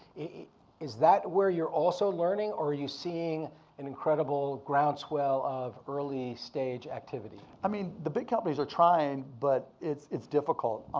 is that where you're also learning, or are you seeing an incredible groundswell of early-stage activity? i mean the big companies are trying, but it's it's difficult.